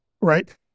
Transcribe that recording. Right